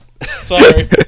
Sorry